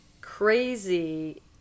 Crazy